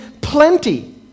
plenty